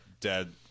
dead